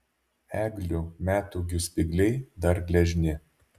eglių metūgių spygliai dar gležni